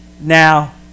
now